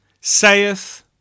saith